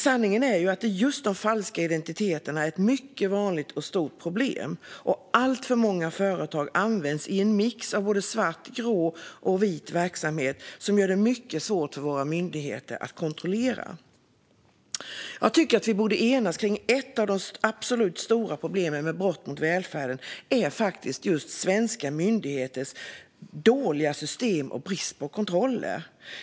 Sanningen är dock att just de falska identiteterna är ett mycket vanligt och stort problem och att alltför många företag används i en mix av både svart, grå och vit verksamhet som gör det mycket svårt för våra myndigheter att kontrollera dem. Jag tycker att vi borde enas kring att ett av de absolut största problemen med brott mot välfärden är svenska myndigheters dåliga system och brist på kontroller.